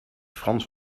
frans